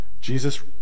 Jesus